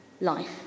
life